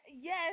yes